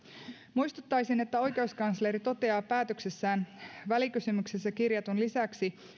muistuttaisin että oikeuskansleri toteaa päätöksessään välikysymyksessä kirjatun lisäksi